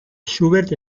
schubert